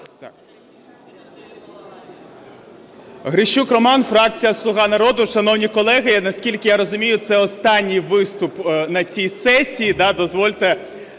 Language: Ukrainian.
Грищук Роман, фракція "Слуга народу". Шановні колеги, наскільки я розумію, це останній виступ на цій сесії. Дозвольте